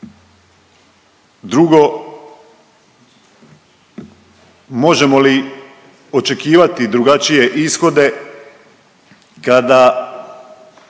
Drugo možemo li očekivati drugačije ishode kada